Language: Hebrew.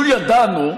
לו ידענו,